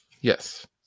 Yes